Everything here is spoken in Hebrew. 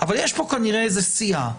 אבל יש פה כנראה איזו סיעה,